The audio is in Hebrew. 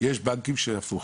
בנקים שהפוך,